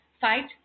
fight